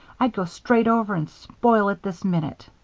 i'd go straight over and spoil it this minute.